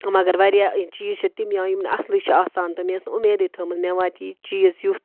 مگر واریاہ چیٖز چھِ تِم یا یِم نہ اَصلٕے چھِ آسان تہٕ مے ٲس نہٕ اُمیدٕے تھٲومٕژ مےٚ واتہِ یہِ چیٖز یُتھ